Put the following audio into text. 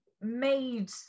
made